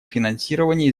финансирование